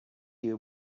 you